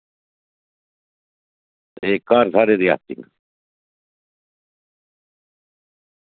ते घर साढ़े रियासी न